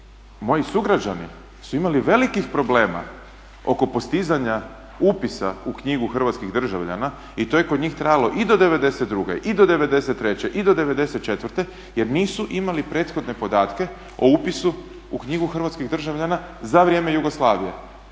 moji sugrađani su imali velikih problema oko postizanja upisa u knjigu hrvatskih državljana i to je kod njih trajalo i do '92., i do '93., i do '94.jer nisu imali prethodne podatke o upisu u knjigu hrvatskih državljana za vrijeme Jugoslavije.